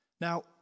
now